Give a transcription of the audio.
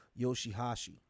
Yoshihashi